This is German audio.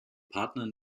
partner